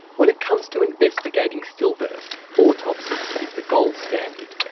when it comes to investigating stillbirths autopsy is the gold standard.